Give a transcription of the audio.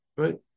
right